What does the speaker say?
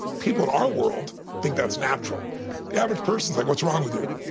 people in our world think that's natural the average person is like, what's wrong with you?